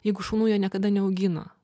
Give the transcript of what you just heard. jeigu šunų jie niekada neaugino